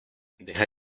deja